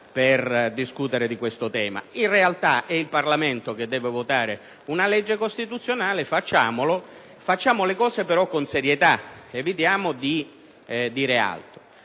per discutere di questo tema. In realtà è il Parlamento che deve votare una legge costituzionale. Facciamolo, ma con serietà, evitando di dire altro.